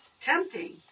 tempting